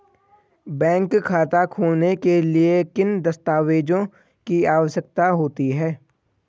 Bank खाता खोलने के लिए किन दस्तावेज़ों की आवश्यकता होती है?